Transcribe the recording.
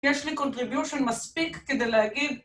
יש לי קונטריביושן מספיק כדי להגיד